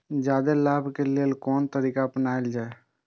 जादे लाभ के लेल कोन तरीका अपनायल जाय?